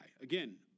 again